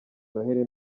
noheli